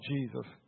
Jesus